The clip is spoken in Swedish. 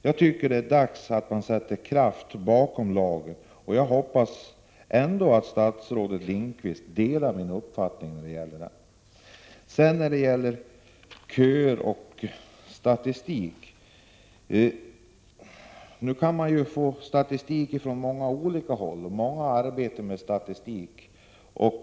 Jag tycker att det är dags att man sätter kraft bakom lagen, och jag hoppas att statsrådet Lindqvist delar min uppfattning härvidlag. När det gäller köer och statistik, så kan man ju få statistik från många olika håll. Många arbetar med statistik, även LO.